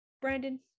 Brandon